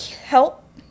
help